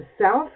South